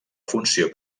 funció